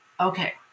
okay